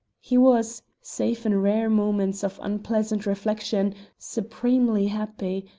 he was, save in rare moments of unpleasant reflection, supremely happy,